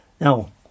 Now